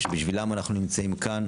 שבשבילם אנחנו נמצאים כאן,